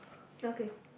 okay